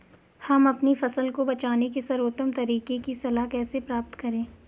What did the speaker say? हम अपनी फसल को बचाने के सर्वोत्तम तरीके की सलाह कैसे प्राप्त करें?